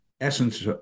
essence